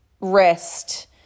rest